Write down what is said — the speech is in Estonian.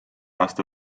aasta